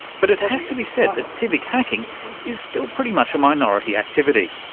but it has to be said that civic hacking is still pretty much a minority activity.